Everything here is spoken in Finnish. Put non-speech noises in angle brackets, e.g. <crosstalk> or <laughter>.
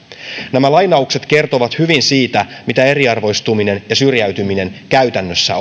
nämä lainaukset kertovat hyvin siitä mitä eriarvoistuminen ja syrjäytyminen käytännössä <unintelligible>